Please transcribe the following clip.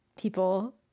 people